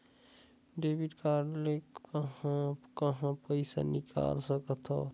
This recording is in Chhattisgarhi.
डेबिट कारड ले कहां कहां पइसा निकाल सकथन?